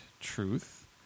truth